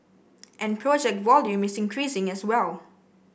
and project volume is increasing as well